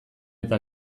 eta